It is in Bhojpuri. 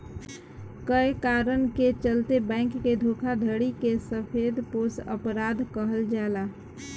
कए कारण के चलते बैंक के धोखाधड़ी के सफेदपोश अपराध कहल जाला